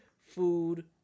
Food